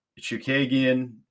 Chukagian